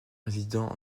résidant